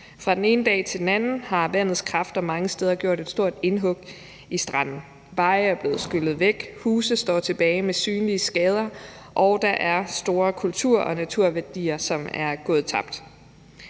Fra den ene dag til den anden har vandets kræfter mange steder gjort et stort indhug i strandene, veje er blevet skyllet væk, huse står tilbage med synlige skader, og der er store kultur- og naturværdier, som er gået tabt.